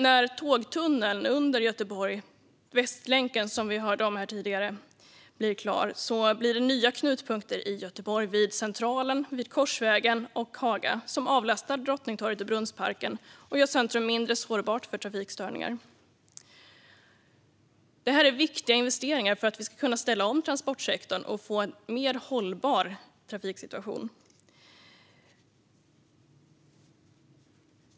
När tågtunneln under Göteborg - Västlänken, som vi hörde om här tidigare - blir klar blir det nya knutpunkter i Göteborg vid Centralen, vid Korsvägen och vid Haga. Dessa avlastar Drottningtorget och Brunnsparken och gör centrum mindre sårbart för trafikstörningar. Det här är viktiga investeringar för att vi ska kunna ställa om transportsektorn och få en mer hållbar trafiksituation.